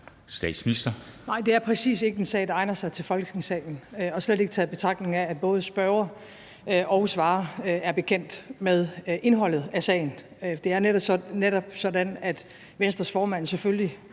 Frederiksen): Nej, det er lige præcis ikke en sag, der egner sig til Folketingssalen, og slet ikke i betragtning af at både spørger og svarer er bekendt med indholdet af sagen. Det er netop sådan, at Venstres formand selvfølgelig